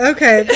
Okay